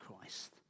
Christ